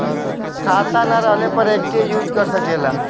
खाता ना रहले पर एके यूज कर सकेला